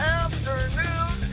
afternoon